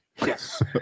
Yes